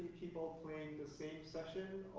people playing the same session